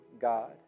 God